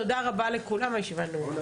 תודה רבה לכולם, הישיבה נעולה.